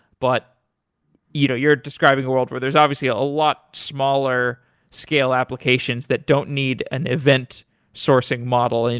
but you know you're describing a world where there is obviously a lot smaller scale applications that don't need an event sourcing model. and